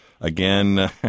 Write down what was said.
again